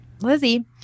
Lizzie